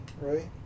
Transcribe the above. right